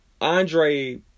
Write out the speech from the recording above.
Andre